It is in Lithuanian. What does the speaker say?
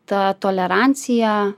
ta tolerancija